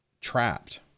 trapped